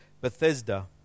Bethesda